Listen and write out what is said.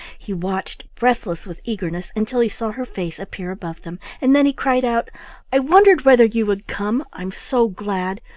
he watched, breathless with eagerness, until he saw her face appear above them, and then he cried out i wondered whether you would come i'm so glad.